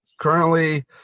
currently